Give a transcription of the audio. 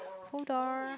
hold door